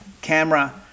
camera